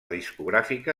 discogràfica